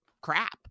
crap